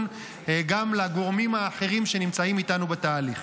גם לגורמים אחרים שנמצאים איתנו בתהליך.